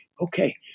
okay